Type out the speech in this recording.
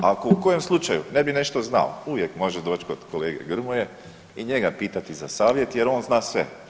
Ako u kojem slučaju ne bi nešto znao uvijek može doći kod kolege Grmoje i njega pitati za savjet jer on zna sve.